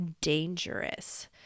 dangerous